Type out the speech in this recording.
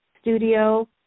studio